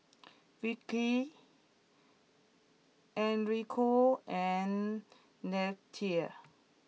Vickey Enrico and Leatha